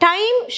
Time